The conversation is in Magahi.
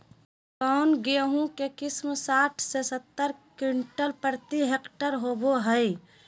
कौन गेंहू के किस्म साठ से सत्तर क्विंटल प्रति हेक्टेयर होबो हाय?